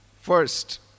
First